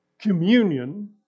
communion